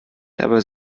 dabei